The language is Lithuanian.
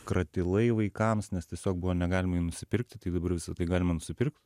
kratilai vaikams nes tiesiog buvo negalima jų nusipirkti tai dabar visa tai galima nusipirkt